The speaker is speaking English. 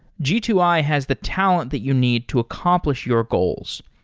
g two i has the talent that you need to accomplish your goals.